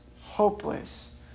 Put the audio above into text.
hopeless